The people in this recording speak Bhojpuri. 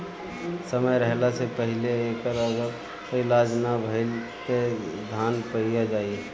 समय रहला से पहिले एकर अगर इलाज ना भईल त धान पइया जाई